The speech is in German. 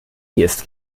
ist